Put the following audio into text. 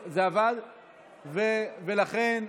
ובכן,